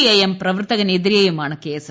I M പ്രവർത്തകനെതിരെയുമാണ് case